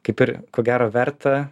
kaip ir ko gero verta